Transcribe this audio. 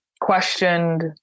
questioned